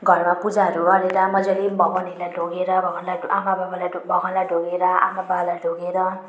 घरमा पूजाहरू गरेर मजाले भगवानहरूलाई ढोगेर भगवानलाई आमाबाबालाई भगवानलाई ढोगेर आमाबालाई ढोगेर